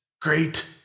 great